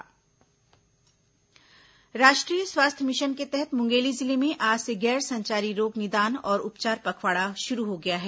गैर संचारी रोग राष्ट्रीय स्वास्थ्य मिशन के तहत मुंगेली जिले में आज से गैर संचारी रोग निदान और उपचार पखवाड़ा शुरू हो गया है